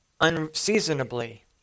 unseasonably